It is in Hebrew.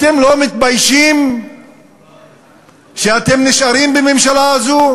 אתם לא מתביישים שאתם נשארים בממשלה הזאת?